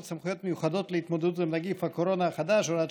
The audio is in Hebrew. סמכויות מיוחדות להתמודדות עם נגיף הקורונה החדש (הוראת